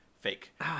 fake